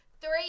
Three